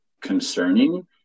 concerning